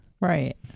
Right